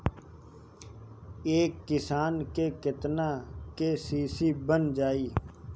एक किसान के केतना के.सी.सी बन जाइ?